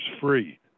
free